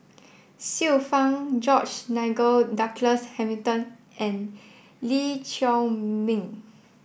Xiu Fang George Nigel Douglas Hamilton and Lee Chiaw Meng